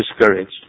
discouraged